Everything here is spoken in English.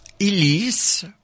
Elise